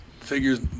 figures